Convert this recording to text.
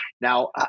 Now